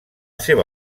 seva